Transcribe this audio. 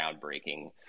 groundbreaking